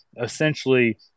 essentially